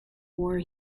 war